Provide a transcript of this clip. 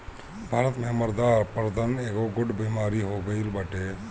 भारत में मृदा अपरदन एगो गढ़ु बेमारी हो गईल बाटे